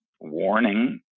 warning